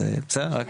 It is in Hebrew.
בסדר,